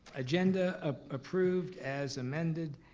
agenda ah approved as amended.